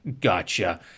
gotcha